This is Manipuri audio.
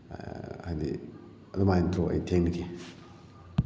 ꯍꯥꯏꯗꯤ ꯑꯗꯨꯝ ꯍꯥꯏ ꯇꯧꯔꯒ ꯑꯩ ꯊꯦꯡꯅꯈꯤ